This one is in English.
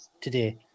today